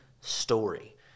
story